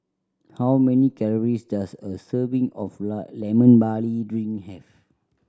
how many calories does a serving of line Lemon Barley Drink have